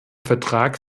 vertrag